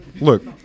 Look